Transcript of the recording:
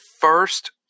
first